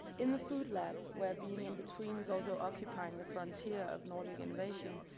in the food lab where being in-between is also occupying the frontier of nordic innovation,